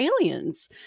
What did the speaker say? aliens